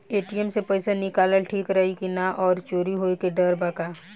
ATM से पईसा निकालल ठीक रही की ना और चोरी होये के डर बा का?